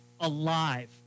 alive